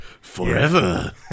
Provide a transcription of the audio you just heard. forever